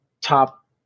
top